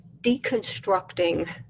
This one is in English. deconstructing